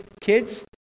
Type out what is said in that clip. kids